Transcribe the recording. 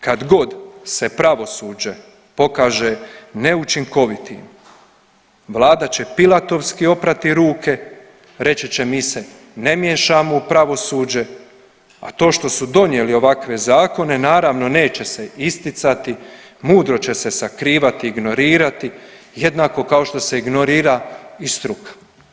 Kad god se pravosuđe pokaže neučinkovitim vlada će Pilatovski oprati ruke, reći će mi se ne miješamo u pravosuđe, a to što su donijeli ovakve zakone naravno neće se isticati, mudro će se sakrivati, ignorirati, jednako kao što se ignorira i struka.